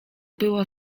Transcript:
było